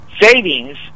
savings